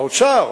האוצר